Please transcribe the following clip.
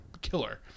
killer